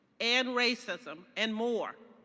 and racism, and more.